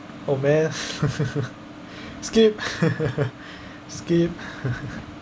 oh man skip skip